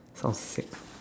sound sick